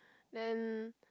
then